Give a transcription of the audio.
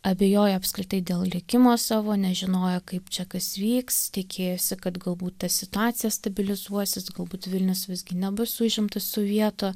abejojo apskritai dėl likimo savo nežinojo kaip čia kas vyks tikėjosi kad galbūt ta situacija stabilizuosis galbūt vilnius visgi nebus užimtas sovietų